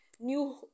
new